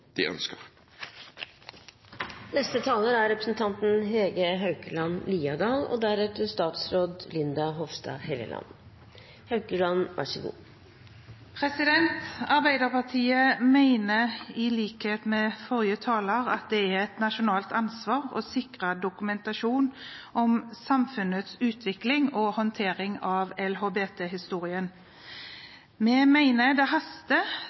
de ønsker. Arbeiderpartiet mener i likhet med forrige taler at det er et nasjonalt ansvar å sikre dokumentasjon om samfunnets utvikling og håndtering av LHBT-historien. Vi mener det haster